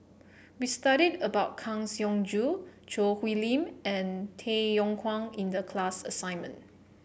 we studied about Kang Siong Joo Choo Hwee Lim and Tay Yong Kwang in the class assignment